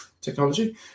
Technology